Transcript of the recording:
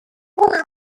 good